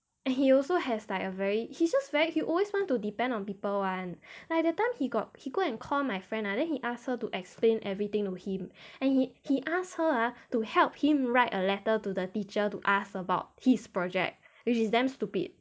and he also has like a very he's just very he always want to depend on people [one] like that time he got he go and call my friend ah then he ask her to explain everything to him and he he asked her to help him write a letter to the teacher to ask about his project which is damn stupid